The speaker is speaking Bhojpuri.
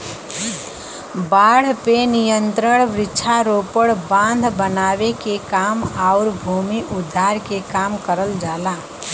बाढ़ पे नियंत्रण वृक्षारोपण, बांध बनावे के काम आउर भूमि उद्धार के काम करल जाला